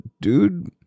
dude